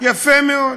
יפה מאוד.